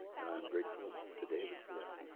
and i'm grateful to david for that.